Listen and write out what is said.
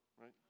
right